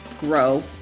grow